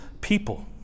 people